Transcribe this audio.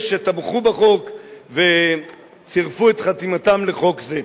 שתמכו בחוק וצירפו את חתימתם לחוק זה.